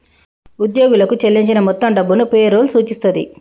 ఉద్యోగులకు చెల్లించిన మొత్తం డబ్బును పే రోల్ సూచిస్తది